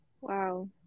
wow